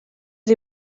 sie